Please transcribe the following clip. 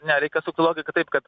ne reikia sukti logiką taip kad